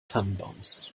tannenbaums